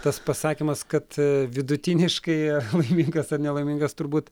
tas pasakymas kad vidutiniškai laimingas ar nelaimingas turbūt